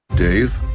Dave